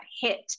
hit